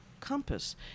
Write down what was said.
compass